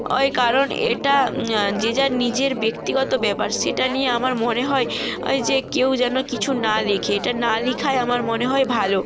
ওই কারণ এটা যে যার নিজের ব্যক্তিগত ব্যাপার সেটা নিয়ে আমার মনে হয় অয় যে কেউ যেন কিছু না লেখে এটা না লেখাই আমার মনে হয় ভালো